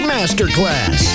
Masterclass